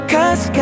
Cause